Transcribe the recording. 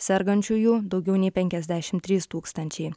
sergančiųjų daugiau nei penkiasdešimt trys tūkstančiai